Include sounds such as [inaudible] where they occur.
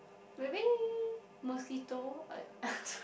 maybe mosquito I [breath]